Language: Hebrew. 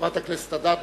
גם חברת הכנסת אדטו,